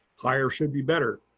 higher should be better.